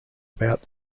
about